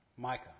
Micah